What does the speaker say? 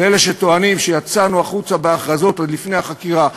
אלה שטוענים שיצאנו החוצה בהכרזות עוד לפני החקירה,